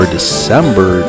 December